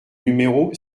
numéro